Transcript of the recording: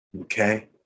Okay